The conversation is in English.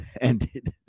Ended